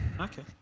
Okay